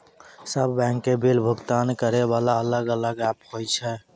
सब बैंक के बिल भुगतान करे वाला अलग अलग ऐप्स होय छै यो?